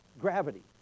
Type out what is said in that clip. Gravity